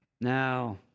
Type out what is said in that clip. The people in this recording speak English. Now